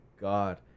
God